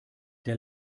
der